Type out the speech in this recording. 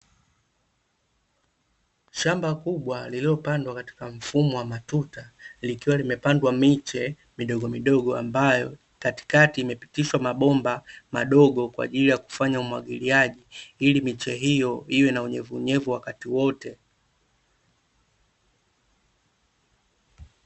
Shamba kubwa lililopandwa katika mfumo wa matuta, likiwa limepandwa miche midogomidogo ambayo katikati imepitishwa mabomba madogo, kwaajili ya kufanya umwagiliaji, ili miche hiyo iwe na unyevunyevu wakati wote.